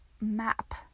map